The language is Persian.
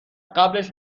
قبلش